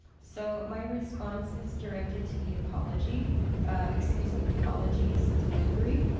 so my response is directed to the apology excuse me, the apology's delivery,